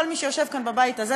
לכל מי שיושב בבית הזה,